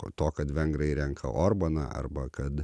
ko to kad vengrai renka orbaną arba kad